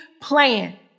plan